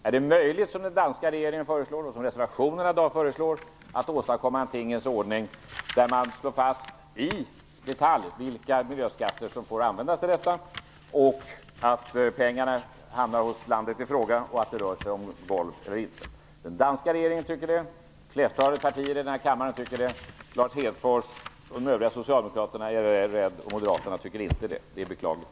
Är det möjligt att - som den danska regeringen föreslår och som föreslås i reservationen - att åstadkomma en tingens ordning där man i detalj slår fast vilka miljöskatter som får användas, att pengarna skall hamna hos landet ifråga och att det rör sig om ett golv eller inte? Den danska regeringen tycker det. De flesta partier i denna kammare tycker det. Lars Hedfors, de övriga socialdemokraterna och moderaterna tycker inte det. Det är beklagligt.